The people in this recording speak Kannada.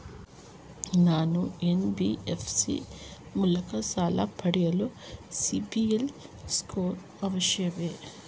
ನಾನು ಎನ್.ಬಿ.ಎಫ್.ಸಿ ಮೂಲಕ ಸಾಲ ಪಡೆಯಲು ಸಿಬಿಲ್ ಸ್ಕೋರ್ ಅವಶ್ಯವೇ?